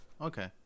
Okay